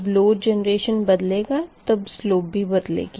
जब load generation बदलेगा तब स्लोप भी बदलेगी